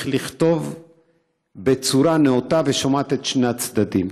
לכתוב בצורה נאותה ושומעת את שני הצדדים.